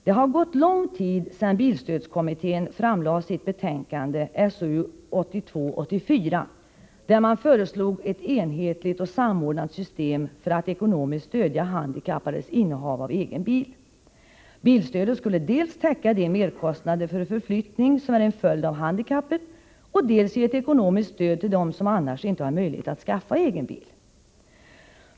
Det har gått lång tid sedan bilstödskommittén framlade sitt betänkande SOU 1982:84, där man föreslog ett enhetligt och samordnat system för att ekonomiskt stödja handikappades innehav av egen bil. Bilstödet skulle dels täcka de merkostnader för förflyttning som är en följd av handikappet, dels ge ett ekonomiskt stöd till sådana handikappade som annars inte har möjlighet att skaffa egen bil.